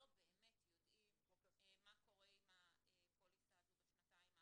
באמת יודעים מה קורה עם הפוליסה הזו בשנתיים האחרונות.